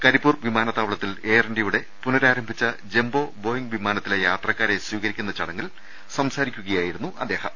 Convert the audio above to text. കരിപ്പൂർ വിമാനത്താവളത്തിൽ എയർ ഇന്ത്യയുടെ പുനഃരാരംഭിച്ച ജംബോ ബോയിംഗ് വിമാനത്തിലെ യാത്ര ക്കാരെ സ്വീകരിക്കുന്ന ചടങ്ങിൽ സംസാരിക്കുകയായിരുന്നു അദ്ദേഹം